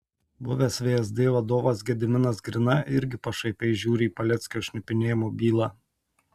buvęs vsd vadovas gediminas grina irgi pašaipiai žiūri į paleckio šnipinėjimo bylą